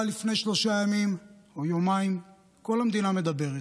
לפני שלושה ימים או יומיים כל המדינה מדברת,